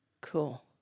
Cool